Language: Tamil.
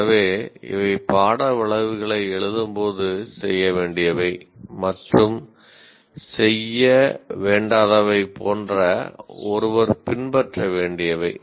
எனவே இவை பாட விளைவுகளை எழுதும்போது செய்ய வேண்டியவை மற்றும் செய்ய வேண்டாதவை போன்ற ஒருவர் பின்பற்ற வேண்டியவை